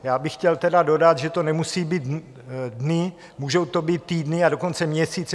Já bych chtěl tedy dodat, že to nemusí být dny, můžou to být týdny, a dokonce měsíce.